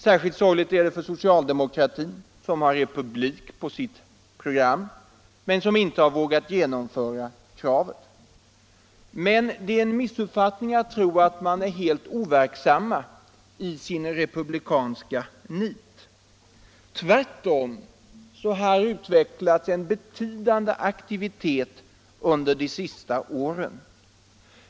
Särskilt sorgligt är det för socialdemokratin som har republik på sitt program, men som inte vågat genomföra kravet. Det är en missuppfattning att tro att socialdemokraterna är helt overksamma i sitt republikanska nit. Tvärtom har här utvecklats en betydande aktivitet de senaste åren.